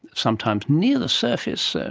sometimes near the surface, and